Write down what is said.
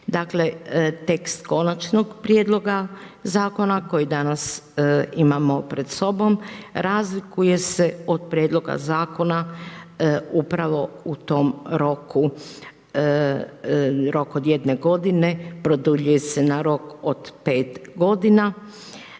Dakle, tekst konačnog prijedloga zakona koji danas imamo pred sobom, razlikuje se od prijedloga zakona upravo u tom roku, rok od 1 g. produljuje se na rok od 5 g.